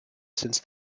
since